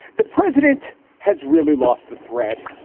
the president has really lost the thread,